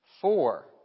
Four